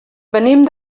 venim